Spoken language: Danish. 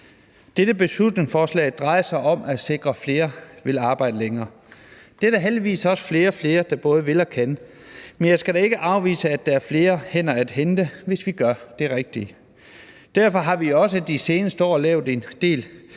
Dette beslutningsforslag drejer sig om at sikre, at flere vil arbejde længere. Det er der heldigvis også flere og flere, der både vil og kan, men jeg skal da ikke afvise, at der er flere hænder at hente, hvis vi gør det rigtige. Derfor har vi også de seneste år lavet en del